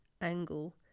angle